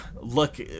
Look